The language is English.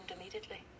immediately